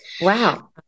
wow